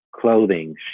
Clothing